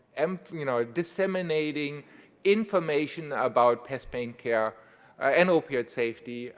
um you know, disseminating information about past pain care an opioid safety.